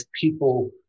people